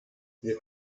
wir